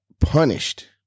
punished